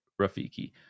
Rafiki